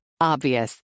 Obvious